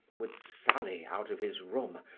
would sally, out of his room,